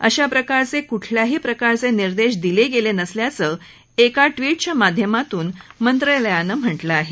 अशाप्रकारचे कुठल्याही प्रकारचे निदेश दिले गेले नसल्याचं एका ट्वीटच्या माध्यमातून मंत्रालयानं म्हटलं आहे